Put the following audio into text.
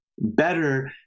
Better